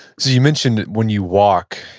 so you mentioned when you walk,